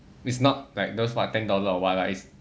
it's not like those not ten dollar or what lah it is